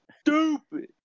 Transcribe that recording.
stupid